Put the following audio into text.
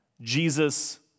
Jesus